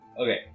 okay